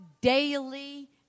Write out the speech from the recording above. daily